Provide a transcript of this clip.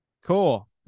Cool